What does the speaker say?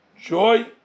joy